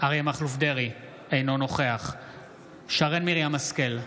אריה מכלוף דרעי, אינו נוכח שרן מרים השכל,